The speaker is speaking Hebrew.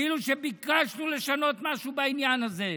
כאילו שביקשנו לשנות משהו בעניין הזה.